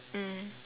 mm